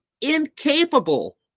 incapable